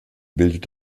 bildet